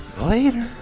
Later